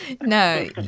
No